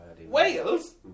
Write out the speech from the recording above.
Wales